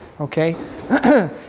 Okay